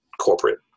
corporate